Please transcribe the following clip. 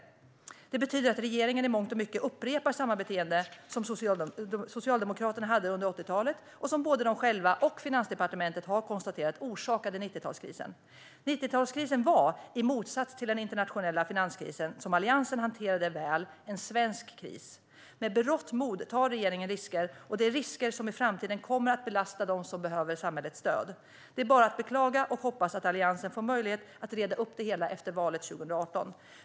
Det betyder att regeringen i mångt och mycket upprepar samma beteende som Socialdemokraterna hade under 80-talet och som både de själva och Finansdepartementet har konstaterat orsakade 90-talskrisen. 90-talskrisen var, i motsats till den internationella finanskris som Alliansen hanterade väl, en svensk kris. Med berått mod tar regeringen risker, och det är risker som i framtiden kommer att belasta dem som behöver samhällets stöd. Det är bara att beklaga och hoppas att Alliansen får möjlighet att reda upp det hela efter valet 2018.